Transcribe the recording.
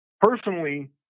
personally